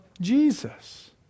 Jesus